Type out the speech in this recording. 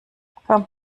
komm